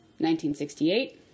1968